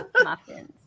muffins